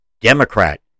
Democrat